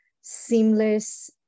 seamless